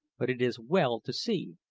but it is well to see.